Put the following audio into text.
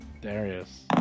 Darius